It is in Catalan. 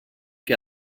que